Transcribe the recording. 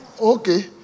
Okay